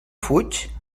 fuig